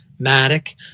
Matic